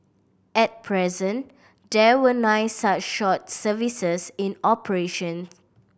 at present there were nine such short services in operation